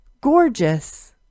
Gorgeous